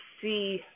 see